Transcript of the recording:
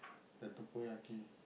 the teppanyaki